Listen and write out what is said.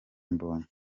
mbonyi